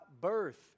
birth